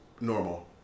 Normal